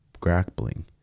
grappling